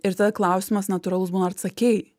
ir tada klausimas natūralus būna ar sakei